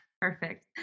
perfect